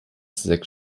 sechs